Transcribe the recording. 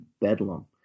bedlam